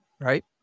right